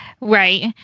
Right